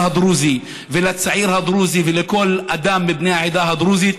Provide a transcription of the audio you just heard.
הדרוזי ולצעיר הדרוזי ולכל אדם מבני העדה הדרוזית,